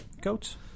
goats